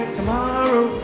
tomorrow